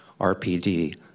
RPD